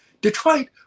Detroit